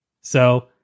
So-